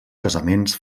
casaments